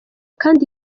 kandi